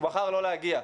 הוא בחר לא להגיע.